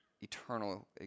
eternal